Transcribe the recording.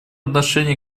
отношении